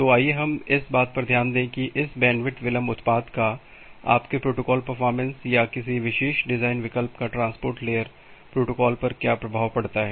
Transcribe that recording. तो आइए हम इस बात पर ध्यान दें कि इस बैंडविड्थ विलंब उत्पाद का आपके प्रोटोकॉल परफॉरमेंस या किसी विशेष डिज़ाइन विकल्प का ट्रांसपोर्ट लेयर प्रोटोकॉल पर क्या प्रभाव पड़ता है